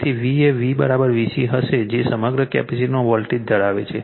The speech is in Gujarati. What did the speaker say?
તેથી V એ V VC હશે જે સમગ્ર કેપેસિટરમાં વોલ્ટેજ ધરાવે છે